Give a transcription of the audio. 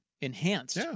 enhanced